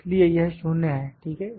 इसलिए यह 0 है ठीक है